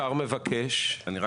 השר מבקש --- סליחה,